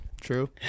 True